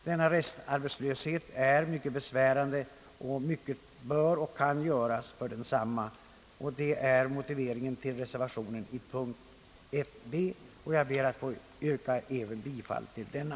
Denna restarbetslöshet är mycket besvärande, och mycket bör och kan göras för densamma. Detta är motiveringen till reservation b, och jag ber att få yrka bifall även till denna.